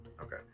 Okay